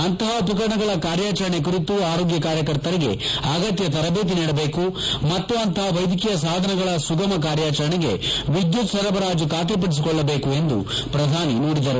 ಅಂತಹ ಉಪಕರಣಗಳ ಕಾರ್ಯಾಚರಣೆ ಕುರಿತು ಆರೋಗ್ಲ ಕಾರ್ಯಕರ್ತರಿಗೆ ಅಗತ್ಯ ತರಬೇತಿ ನೀಡಬೇಕು ಮತ್ತು ಅಂತಹ ವೈದ್ಯಕೀಯ ಸಾಧನಗಳ ಸುಗಮ ಕಾರ್ಯಾಚರಣೆಗೆ ವಿದ್ಯುತ್ ಸರಬರಾಜು ಖಾತ್ರಿಪಡಿಸಿಕೊಳ್ಳಬೇಕು ಎಂದು ಪ್ರಧಾನಿ ನುಡಿದರು